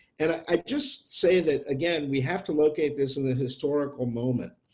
and i just say that again we have to locate this and the historical moment.